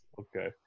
Okay